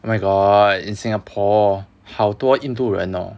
my god in singapore 好多印度人 orh